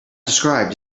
described